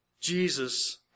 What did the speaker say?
Jesus